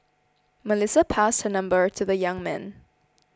Melissa passed her number to the young man